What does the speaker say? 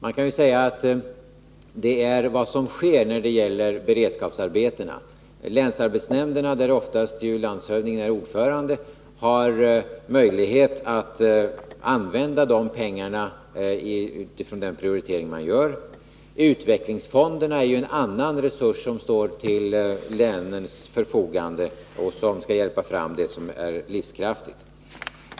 Man kan ju säga att det är vad som sker när det gäller beredskapsarbetena. Länsarbetsnämnderna, där landshövdingen ofta är ordförande, har möjlighet att använda de pengarna utifrån den prioritering man gör. Utvecklingsfonderna är en annan resurs som står till länens förfogande och som skall hjälpa fram det som är livskraftigt.